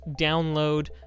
download